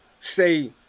say